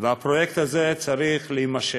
והפרויקט הזה צריך להימשך.